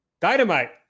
Dynamite